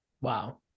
Wow